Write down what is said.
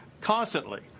constantly